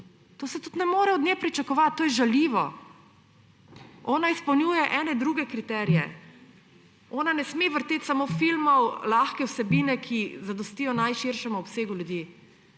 Tega se tudi ne more od nje pričakovati, to je žaljivo! Ona izpolnjuje ene druge kriterije, ona ne sme vrteti samo filmov lahke vsebine, ki zadostijo najširšemu obsegu ljudi,